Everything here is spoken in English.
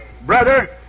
Brother